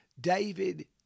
David